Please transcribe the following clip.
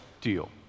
deal